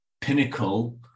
pinnacle